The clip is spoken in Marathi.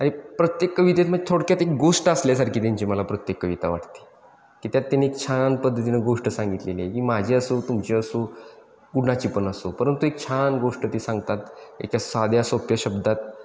आणि प्रत्येक कवितेत मग थोडक्यात एक गोष्ट असल्यासारखी त्यांची मला प्रत्येक कविता वाटते की त्यात त्यांनी एक छान पद्धतीनं गोष्ट सांगितलेली आहे की माझी असो तुमची असो कुणाची पण असो परंतु एक छान गोष्ट ते सांगतात एखाद्या साध्या सोप्या शब्दात